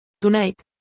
Tonight